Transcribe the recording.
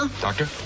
Doctor